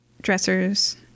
dressers